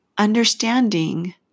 understanding